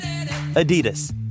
Adidas